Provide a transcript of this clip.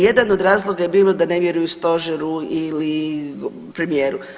Jedan od razloga je bilo da ne vjeruju stožeru ili premijeru.